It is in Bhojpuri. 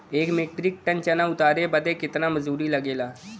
एक मीट्रिक टन चना उतारे बदे कितना मजदूरी लगे ला?